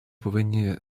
повинні